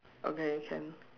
okay can